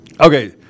Okay